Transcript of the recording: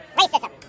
racism